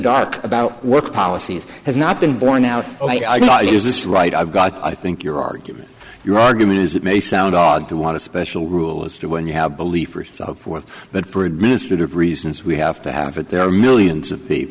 dark about work policies has not been borne out is this right i've got i think your argument your argument is it may sound odd to want a special rule as to when you have belief or so forth but for administrative reasons we have to have it there are millions of people